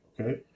okay